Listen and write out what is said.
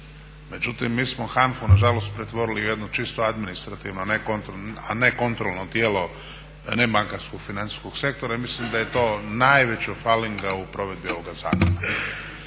Međutim, mi smo HANFA-u nažalost pretvorili u jednu čisto administrativno, a ne kontrolno tijelo nebankarskog financijskog sektora i mislim da je to najveća falinga u provedbi ovoga zakona